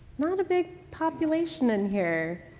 not a big population in here.